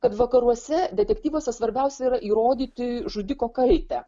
kad vakaruose detektyvuose svarbiausia yra įrodyti žudiko kaltę